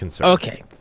Okay